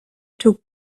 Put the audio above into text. took